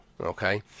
okay